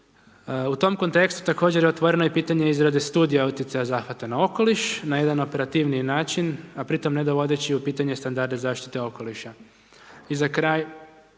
U tom kontekstu također je otvoreno i pitanje i izrade Studija utjecaja zahvata na okoliš, na jedan operativniji način, a pritom ne dovodeći u pitanje standarde zaštite okoliša.